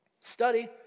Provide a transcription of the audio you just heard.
Study